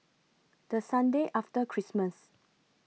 The Sunday after Christmas